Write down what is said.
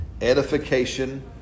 edification